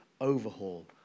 overhaul